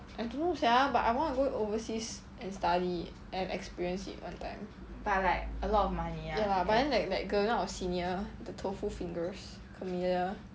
I don't know sia but I want to go overseas and study and experience it one time ya lah but then like like gerna our senior the tofu fingers camellia